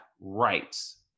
rights